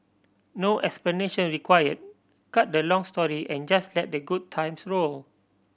no explanation required cut the long story and just let the good times roll